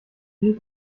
viel